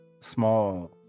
small